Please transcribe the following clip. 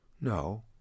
No